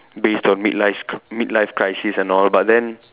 based on mid life s mid life crisis and all but then